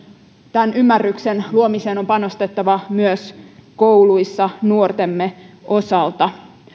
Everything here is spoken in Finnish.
tämän ymmärryksen luomiseen on panostettava myös kouluissa nuortemme osalta